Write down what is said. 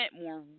more